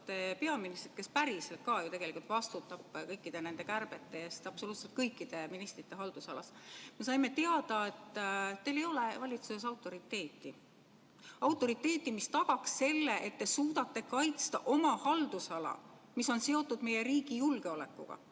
peaministrit, kes päriselt ka ju tegelikult vastutab kõikide nende kärbete eest absoluutselt kõikide ministrite haldusalas, me saime teada, et teil ei ole valitsuses autoriteeti. Autoriteeti, mis tagaks selle, et te suudate kaitsta oma haldusala, mis on seotud meie riigi julgeolekuga.